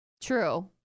True